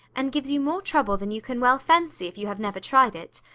and gives you more trouble than you can well fancy if you have never tried it.